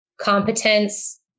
competence